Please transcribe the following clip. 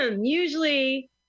Usually